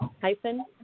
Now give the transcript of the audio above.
hyphen